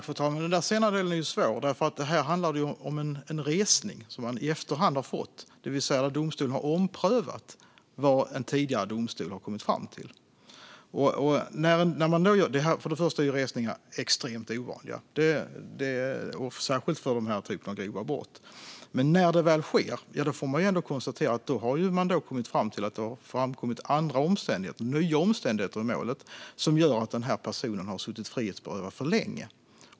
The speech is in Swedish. Fru talman! Det sista är svårt, för det handlar om en resning, det vill säga att domstolen har omprövat vad en tidigare domstol har kommit fram till. Resningar är extremt ovanliga, särskilt för denna typ av grova brott, men när de väl sker är det på grund av att det har framkommit nya omständigheter i målet som visar att en person har suttit frihetsberövad för länge.